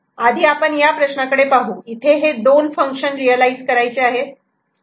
आधी आपण या प्रश्नाकडे पाहू इथे हे दोन फंक्शन रियलायझ करायचे आहेत